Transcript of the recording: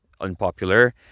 unpopular